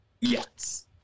Yes